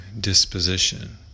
disposition